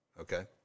okay